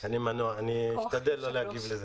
אני אשתדל לא להגיב לזה.